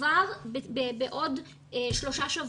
כבר בעוד שלושה שבועות.